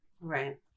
Right